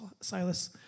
Silas